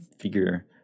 figure